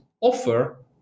offer